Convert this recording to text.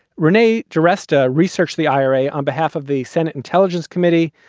rene d'arista research, the irae on behalf of the senate intelligence committee.